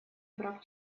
прав